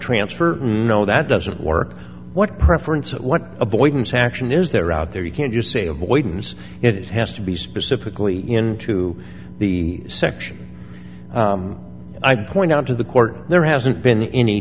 transfer no that doesn't work what preference or what avoidance action is there out there you can just say avoidance it has to be specifically into the section i point out to the court there hasn't been any